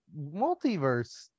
multiverse